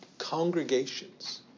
congregations